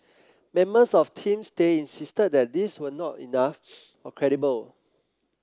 members of Team Stay insisted that these were not enough or credible